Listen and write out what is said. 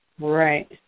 Right